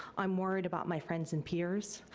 i'm worried about my friends and peers.